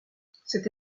cette